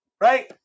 right